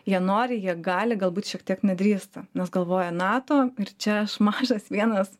jie nori jie gali galbūt šiek tiek nedrįsta nes galvoja nato ir čia aš mažas vienas